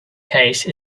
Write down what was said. case